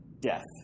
Death